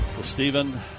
Stephen